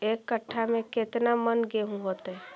एक कट्ठा में केतना मन गेहूं होतै?